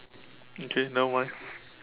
okay nevermind